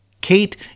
Kate